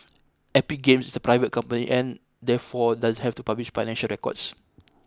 Epic Games is a private company and therefore doesn't have to publish financial records